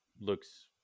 looks